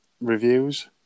reviews